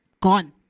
gone